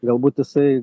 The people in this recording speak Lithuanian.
galbūt jisai